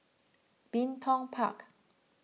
Bin Tong Park